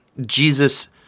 Jesus